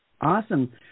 Awesome